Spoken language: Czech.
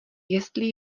jestli